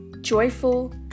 joyful